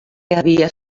havia